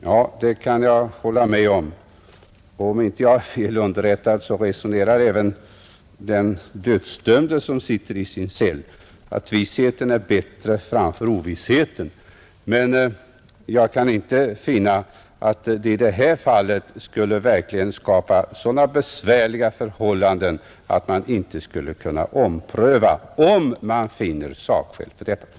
Ja, det kan jag hålla med om — om jag inte är fel underrättad resonerar även den dödsdömde som sitter i sin cell så att vissheten är bättre än ovissheten, Men jag kan inte finna att det i detta fall skulle skapas så besvärliga förhållanden att man inte skulle kunna ompröva förslaget om man finner sakskäl tala för detta.